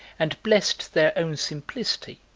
and blessed their own simplicity,